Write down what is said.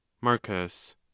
Marcus